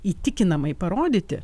įtikinamai parodyti